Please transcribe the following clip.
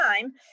time